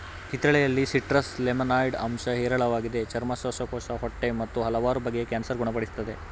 ಕಿತ್ತಳೆಯಲ್ಲಿ citrus limonoid ಅಂಶ ಹೇರಳವಾಗಿದೆ ಚರ್ಮ ಶ್ವಾಸಕೋಶ ಹೊಟ್ಟೆ ಮತ್ತು ಹಲವಾರು ಬಗೆಯ ಕ್ಯಾನ್ಸರ್ ಗುಣ ಪಡಿಸ್ತದೆ